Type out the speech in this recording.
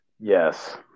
Yes